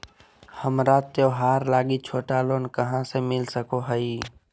हमरा त्योहार लागि छोटा लोन कहाँ से मिल सको हइ?